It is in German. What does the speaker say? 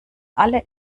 alle